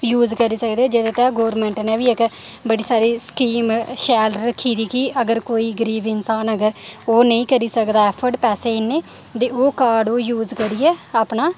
use करी सकदे जेह्दे ताईं गौरमैंट ने बी इक बड़ी सारी स्कीम शैल रक्खी दी कि अगर कोई गरीब इंसान अगर ओह् नी करी सकदा एफ्फार्ड पैसे इन्ने ते कार्ड ओह् यूज करियै अपना